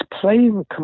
playing